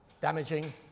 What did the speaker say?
damaging